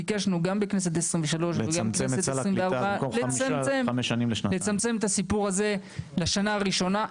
ביקשנו גם בכנסת ה-23 וגם בכנסת ה-24 לצמצם את הסיפור הזה לשנה הראשונה.